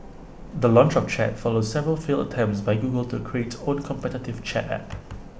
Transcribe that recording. the launch of chat follows several failed attempts by Google to create own competitive chat app